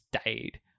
stayed